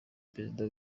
perezida